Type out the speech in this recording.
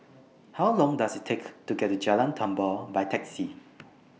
How Long Does IT Take to get to Jalan Tambur By Taxi